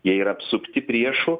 jie yra apsupti priešų